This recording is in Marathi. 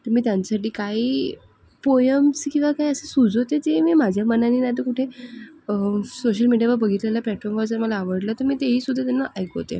तर मी त्यांच्यासाठी काही पोयम्सी किंवा काय असं सुचते जे मी माझ्या मनाने नाही तर कुठे सोशल मीडियावर बघितलेल्या प्लॅटफॉमवर जर मला आवडलं तर मी तेही सुद्धा त्यांना ऐकवते